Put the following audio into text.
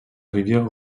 rivière